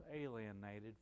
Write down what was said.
alienated